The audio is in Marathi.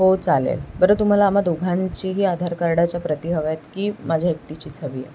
हो चालेल बरं तुम्हाला आम्हा दोघांचीही आधार कार्डाच्या प्रती हव्या आहेत की माझ्या एकटीचीच हवी आहे